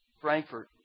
Frankfurt